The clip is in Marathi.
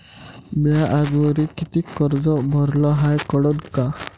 म्या आजवरी कितीक कर्ज भरलं हाय कळन का?